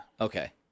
Okay